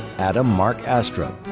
adam mark astrup,